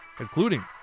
including